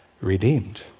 Redeemed